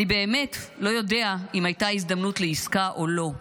אני באמת לא יודע אם הייתה הזדמנות לעסקה או לא,